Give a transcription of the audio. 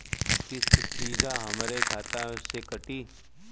किस्त सीधा हमरे खाता से कटी?